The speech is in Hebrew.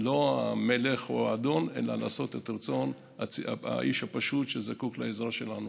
המלך או האדון אלא לעשות את רצון האיש הפשוט שזקוק לעזרה שלנו.